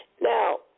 Now